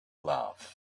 love